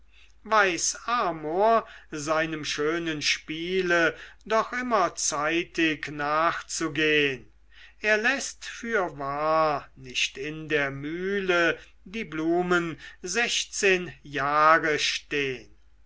weiß amor seinem schönen spiele doch immer zeitig nachzugehn er läßt fürwahr nicht in der mühle die blumen sechzehn jahre stehn